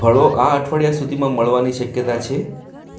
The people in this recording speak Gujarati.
ફળો આ અઠવાડીયા સુધીમાં મળવાની શક્યતા છે